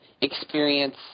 experience